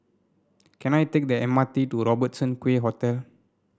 can I take the M R T to Robertson Quay Hotel